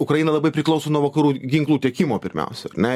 ukraina labai priklauso nuo vakarų ginklų tiekimo pirmiausia ar ne